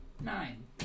nine